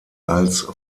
als